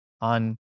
on